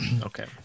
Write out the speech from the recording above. Okay